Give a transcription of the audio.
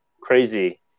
crazy